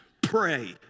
Pray